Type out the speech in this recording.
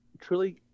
truly